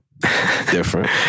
Different